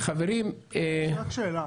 יש לי רק שאלה,